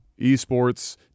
esports